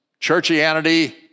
churchianity